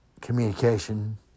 communication